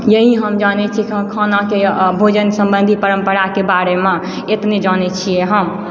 यही हम जाने छी खानाके भोजन संबन्धी परम्पराके बारेमे एतने जानै छिए हम